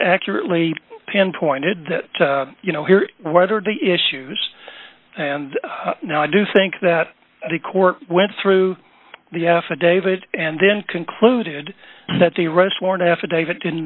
accurately pinpointed that you know here what are the issues and now i do think that the court went through the affidavit and then concluded that the rest warrant affidavit did